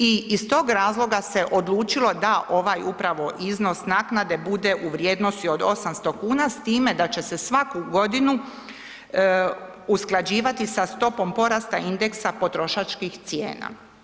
I iz tog razloga se odlučilo da ovaj upravo iznos naknade bude u vrijednosti od 800,00 kn s time da će se svaku godinu usklađivati sa stopom porasta indeksa potrošačkih cijena.